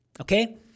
Okay